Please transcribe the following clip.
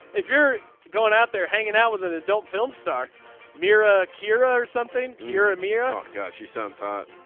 if you're going out there hanging out with an adult film star mira kira or something here a mirror. gosh she sounds hot.